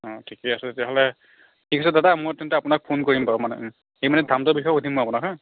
অঁ ঠিকেই আছে তেতিয়াহ'লে ঠিক আছে দাদা মই তেন্তে আপোনাক ফোন কৰিম বাৰু মানে এই মানে দামটোৰ বিষয়ে সুধিম মই আপোনাক হা